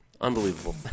unbelievable